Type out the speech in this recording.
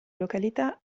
località